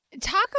Talk